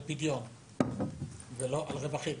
על פדיון ולא על רווחים.